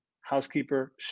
housekeeper